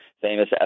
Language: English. famous